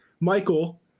Michael